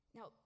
Now